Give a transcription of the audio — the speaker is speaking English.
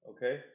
Okay